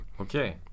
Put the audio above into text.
Okay